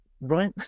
right